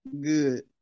Good